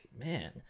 man